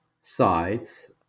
sides